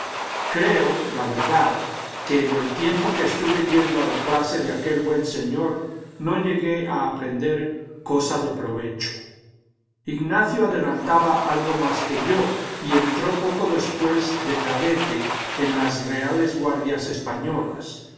creo la verdad que en el tiempo que estuve yendo a la clase de aquel buen señor no llegué a aprender cosa de provecho ignacio adelantaba algo más que yo y entró poco después de cadete en las reales guardias españolas